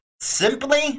Simply